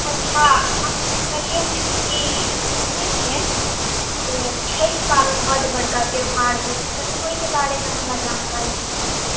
अच्छा हम सुनलिऐ हँ कि हम सुनए छिएन जे छठि पाबनि बड्ड बड़का त्यौहार होइ छै जे कनि ओहिके बारमे हमरा जानकारी देतौ अहाँ